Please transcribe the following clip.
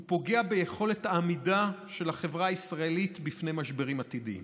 הוא פוגע ביכולת העמידה של החברה הישראלית בפני משברים עתידיים.